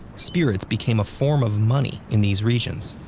spirits became a form of money in these regions.